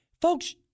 Folks